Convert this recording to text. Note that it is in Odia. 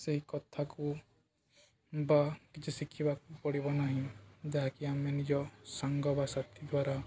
ସେଇ କଥାକୁ ବା କିଛି ଶିଖିବାକୁ ପଡ଼ିବ ନାହିଁ ଯାହାକି ଆମେ ନିଜ ସାଙ୍ଗ ବା ସାଥି ଦ୍ୱାରା